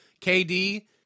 KD